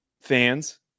fans